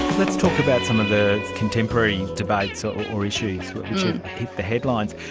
let's talk about some of the contemporary debates or or issues the headlines.